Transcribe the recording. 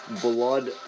blood